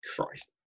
Christ